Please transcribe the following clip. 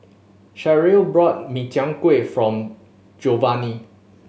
Sharyl bought Min Chiang Kueh form Jovany